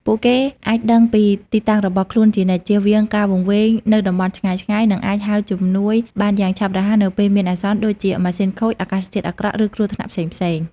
ពួកគេអាចដឹងពីទីតាំងរបស់ខ្លួនជានិច្ច ជៀសវាងការវង្វេងនៅតំបន់ឆ្ងាយៗ និងអាចហៅជំនួយបានយ៉ាងឆាប់រហ័សនៅពេលមានអាសន្ន ដូចជាម៉ាស៊ីនខូច អាកាសធាតុអាក្រក់ ឬគ្រោះថ្នាក់ផ្សេងៗ។